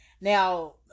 Now